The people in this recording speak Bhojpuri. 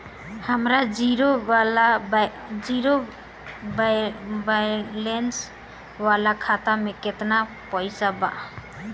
हमार जीरो बैलेंस वाला खाता में केतना पईसा बा?